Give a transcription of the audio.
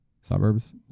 suburbs